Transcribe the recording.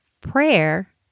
prayer